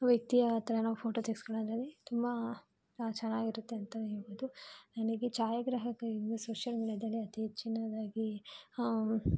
ವ್ಯಕ್ತಿ ಹತ್ತಿರ ನಾವು ಫೋಟೋ ತೆಗೆಸ್ಕೊಳ್ಳೋದಾಗಲಿ ತುಂಬ ಚೆನ್ನಾಗಿರುತ್ತೆ ಅಂತಲೇ ಹೇಳ್ಬೋದು ನನಗೆ ಛಾಯಾಗ್ರಾಹಕ ಇರುವ ಸೋಷಿಯಲ್ ಮೀಡಿಯಾದಲ್ಲಿ ಅತಿ ಹೆಚ್ಚಿನದಾಗಿ